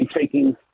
taking